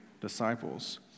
disciples